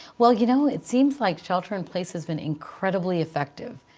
well, you know it seems like shelter in place has been incredibly effective,